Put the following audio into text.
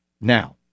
Now